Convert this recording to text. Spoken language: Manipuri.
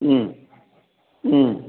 ꯎꯝ ꯎꯝ